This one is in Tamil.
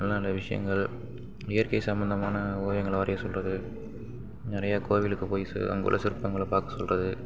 நல்ல நல்ல விஷயங்கள் இயற்கை சம்மந்தமான ஓவியங்களை வரைய சொல்கிறது நிறையா கோவிலுக்குப் போய் சி அங்கே உள்ள சிற்பங்களை பார்க்க சொல்கிறது